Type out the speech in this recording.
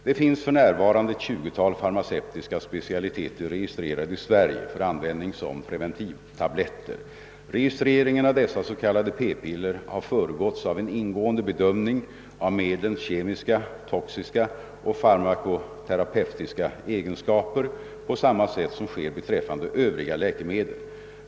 Det finns för närvarande ett tjugotal farmaceutiska specialiteter registrerade i Sverige för användning som preventivtabletter. Registreringen av dessa s.k. p-piller har föregåtts av en ingående bedömning av medlens kemiska, toxiska och farmakoterapeutiska egenskaper på samma sätt som sker beträffande övriga läkemedel.